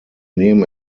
nehmen